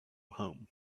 home